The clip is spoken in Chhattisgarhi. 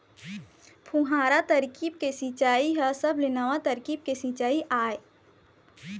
फुहारा तरकीब के सिंचई ह सबले नवा तरकीब के सिंचई आय